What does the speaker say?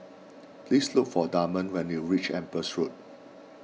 please look for Damond when you reach Empress Road